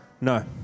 No